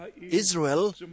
Israel